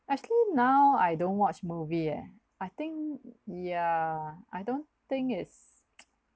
actually now I don't watch movie eh I think ya I don't thing its